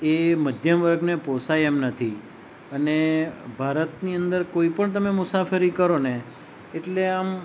એ મધ્યમ વર્ગને પોસાય એમ નથી અને ભારતની અંદર કોઈપણ તમે મુસાફરી કરોને એટલે આમ